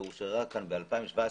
שאושררה כאן ב-2017,